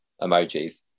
emojis